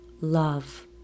love